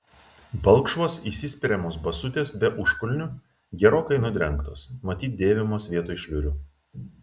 balkšvos įsispiriamos basutės be užkulnių gerokai nudrengtos matyt dėvimos vietoj šliurių